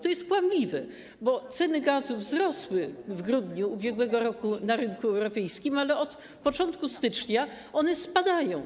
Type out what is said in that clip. To jest kłamliwe, bo ceny gazu wzrosły w grudniu ub.r. na rynku europejskim, ale od początku stycznia one spadają.